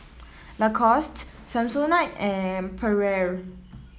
Lacoste Samsonite and Perrier